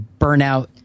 burnout